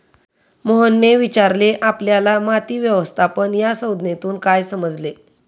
मोहनने विचारले आपल्याला माती व्यवस्थापन या संज्ञेतून काय समजले?